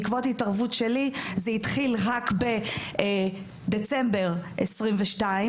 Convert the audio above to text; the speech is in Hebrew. בעקבות התערבות שלי זה התחיל רק בדצמבר 2022,